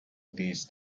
these